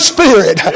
Spirit